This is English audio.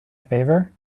favor